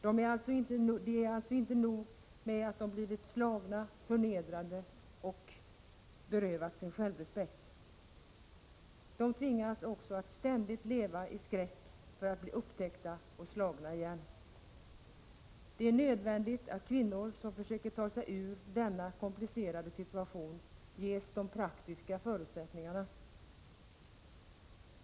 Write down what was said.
Det är alltså inte nog med att de blivit slagna, förnedrade och berövats sin självrespekt. De tvingas också att ständigt leva i skräck för att bli upptäckta och slagna igen. Det är nödvändigt att kvinnor, som försöker ta sig ur denna komplicerade situation, ges de praktiska förutsättningarna härför.